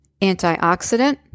antioxidant